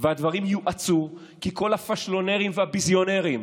והדברים יואצו, כי כל הפשלונרים והביזיונרים,